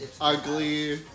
ugly